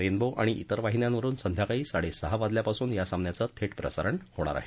rainbow आणि त्रेर वाहिन्यांवरुन संध्याकाळी साडे सहा वाजल्यापासून या सामन्याचं थे प्रसारण होणार आहे